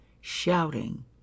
shouting